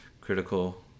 critical